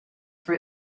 for